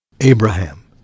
Abraham